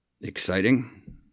exciting